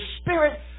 spirit